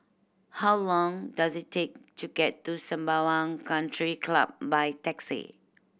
how long does it take to get to Sembawang Country Club by taxi